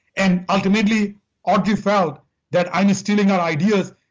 and ultimately audrey felt that i was stealing her ideas,